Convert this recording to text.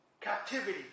captivity